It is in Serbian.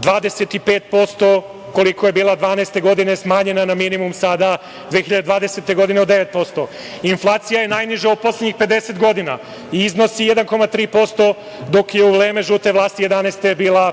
25%, koliko je bila 2012. godine, smanjena na minimum sada, 2020. godine, od 9%. Inflacija je najniža u poslednjih 50 godina i iznosi 1,3%, dok je u vreme žute vlasti, 2011.